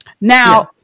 Now